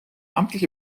amtliche